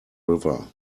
river